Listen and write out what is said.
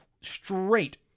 straight